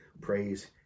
Praise